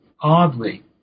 oddly